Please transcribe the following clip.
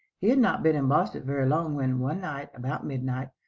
he had not been in boston very long when, one night, about midnight,